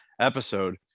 episode